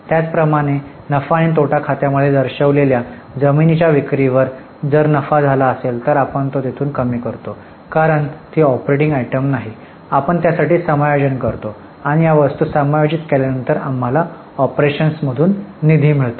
त्याचप्रमाणे नफा आणि तोटा खात्यामध्ये दर्शविलेल्या जमीनीच्या विक्रीवर जर नफा झाला असेल तर आपण तो तेथून कमी करतो कारण ती ऑपरेटिंग आयटम नाही आपण त्यासाठी समायोजन करतो आणि या वस्तू समायोजित केल्यानंतर आम्हाला ऑपरेशन्समधून निधी मिळतो